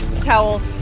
towel-